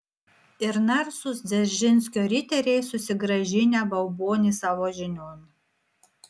ir narsūs dzeržinskio riteriai susigrąžinę baubonį savo žinion